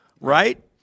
right